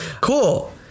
cool